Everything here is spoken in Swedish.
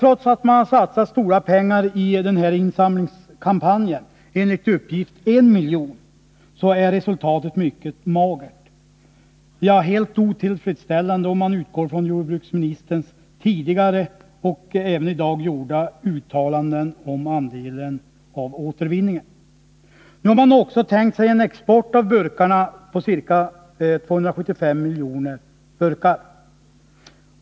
Trots att man satsat stora pengar i kampanjen för insamling av använda burkar-— enligt uppgift 1 milj.kr. — är resultatet mycket magert. Ja, det är helt otillfredsställande om man utgår från jordbruksministerns tidigare och även i dag gjorda uttalande om den önskvärda andelen återvunna burkar. Tillverkaren har också tänkt sig exportera ca 275 miljoner burkar.